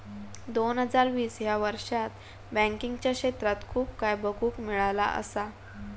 दोन हजार वीस ह्या वर्षात बँकिंगच्या क्षेत्रात खूप काय बघुक मिळाला असा